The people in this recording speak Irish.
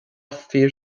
fíor